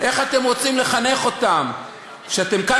איך אתם רוצים לחנך אותם כשאתם כאן